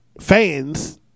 fans